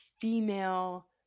female